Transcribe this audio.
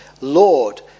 Lord